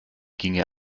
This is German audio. ginge